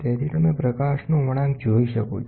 તેથી તમે પ્રકાશનો વળાંક જોઈ શકો છો